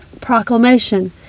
proclamation